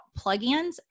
plugins